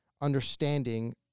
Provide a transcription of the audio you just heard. understanding